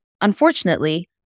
unfortunately